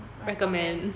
recommends